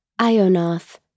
Ionoth